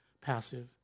passive